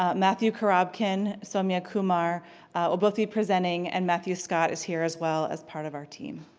ah matthew korobkin, sowmya kumar will both be presenting, and matthew scott is here as well as part of our team.